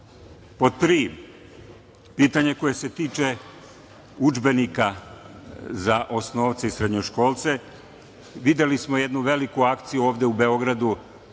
tri, pitanje koje se tiče udžbenika za osnovce i srednjoškolce. Videli smo jednu veliku akciju ovde u Beogradu